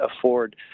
afford